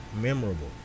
memorable